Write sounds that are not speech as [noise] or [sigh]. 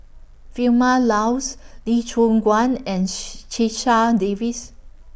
Vilma Laus Lee Choon Guan and [noise] Checha Davies